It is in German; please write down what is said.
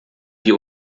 die